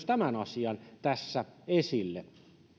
tämän asian tässä esille